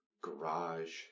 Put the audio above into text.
garage